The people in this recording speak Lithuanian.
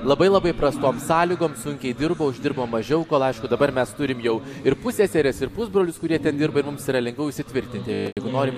labai labai prastom sąlygom sunkiai dirbo uždirbo mažiau kol aišku dabar mes turime jau ir pusseseres ir pusbrolius kurie ten dirba ir mums yra lengviau įsitvirtinti jeigu norim